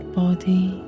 body